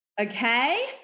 Okay